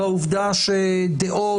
והעובדה שדעות,